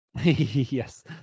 yes